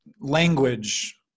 language